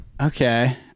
okay